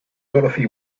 dorothy